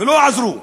ולא עזרו,